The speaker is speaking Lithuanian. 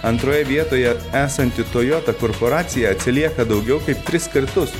antroje vietoje esanti toyota korporacija atsilieka daugiau kaip tris kartus